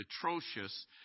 atrocious